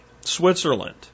Switzerland